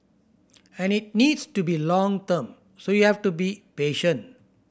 and it needs to be long term so you have to be patient